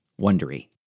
Wondery